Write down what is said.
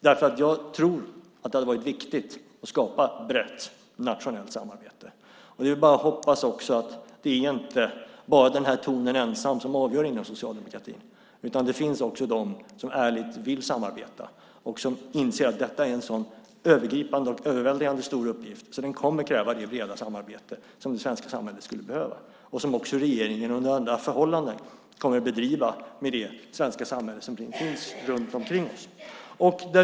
Jag tror nämligen att det är viktigt att skapa ett brett nationellt samarbete. Det är bara att hoppas att det inte bara är den här tonen ensam som är avgörande inom socialdemokratin utan att det finns också de som ärligt vill samarbeta och som inser att detta är en så övergripande och överväldigande stor uppgift att det kommer att kräva det breda samarbete som det svenska samhället skulle behöva och som regeringen under alla förhållanden kommer att bedriva med det svenska samhälle som finns runt omkring.